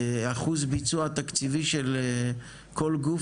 אחוז ביצוע תקציבי של כל גוף,